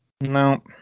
No